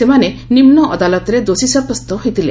ସେମାନେ ନିମୁଅଦାଲତରେ ଦୋଷୀ ସାବ୍ୟସ୍ତ ହୋଇଥିଲେ